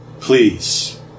Please